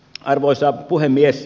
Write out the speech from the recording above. arvoisa puhemies